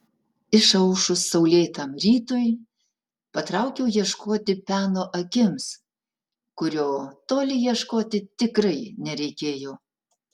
išaušus saulėtam rytui patraukiau ieškoti peno akims kurio toli ieškoti tikrai nereikėjo